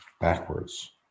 backwards